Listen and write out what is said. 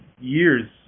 years